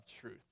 truth